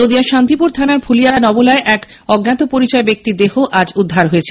নদীয়া শান্তিপুর থানার ফুলিয়া নবলায় এক অজ্ঞাত পরিচয় ব্যক্তির দেহ আজ উদ্ধার হয়েছে